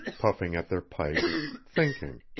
puffing at their pipes, thinking.